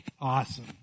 Awesome